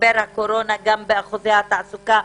משבר הקורונה גם באחוזי התעסוקה,